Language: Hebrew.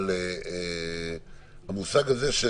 אבל אל תכניס את זה פנימה.